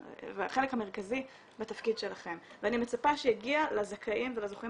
המרכזי בתפקיד שלכם ואני מצפה שיגיע לזכאים ולזוכים